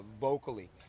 vocally